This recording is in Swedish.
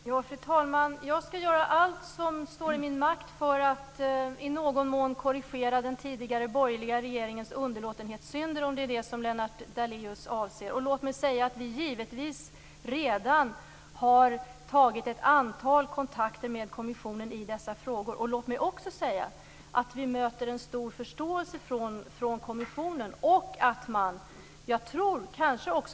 Fru talman! Jag skall göra allt som står i min makt för att i någon mån korrigera den tidigare borgerliga regeringens underlåtenhetssynder, om det är det som Lennart Daléus avser. Vi har givetvis redan tagit ett antal kontakter med kommissionen i dessa frågor. Vi möter en stor förståelse från kommissionen.